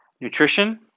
Nutrition